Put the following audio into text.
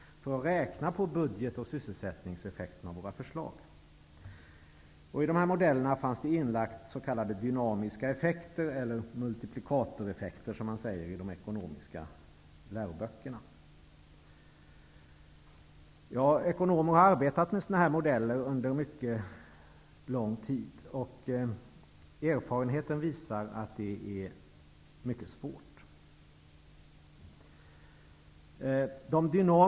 De räknade på budget och sysselsättningseffekterna av våra förslag. I modellerna fanns inlagda också s.k. dynamiska effekter, eller multiplikatoreffekter, som man säger i de ekonomiska läroböckerna. Ekonomer har arbetet med sådana här modeller under mycket lång tid. Erfarenheten visar att det är mycket svårt.